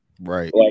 right